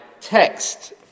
text